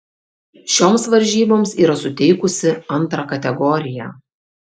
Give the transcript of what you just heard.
šioms varžyboms yra suteikusi antrą kategoriją